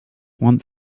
want